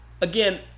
Again